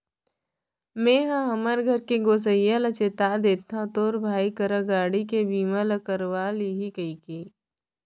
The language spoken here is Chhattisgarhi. मेंहा हमर घर के गोसइया ल चेता देथव तोरे भाई करा गाड़ी के बीमा ल करवा ले ही कइले